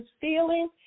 feeling